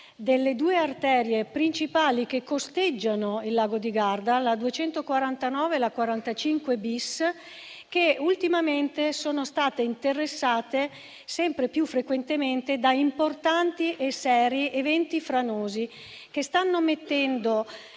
delle due arterie principali che lo costeggiano, la SS 249 e la SS 45-*bis*, che ultimamente sono state interessate sempre più frequentemente da importanti e seri eventi franosi, che stanno mettendo